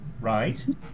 Right